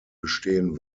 bestehen